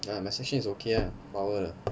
ya my section is okay lah power 的